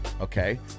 okay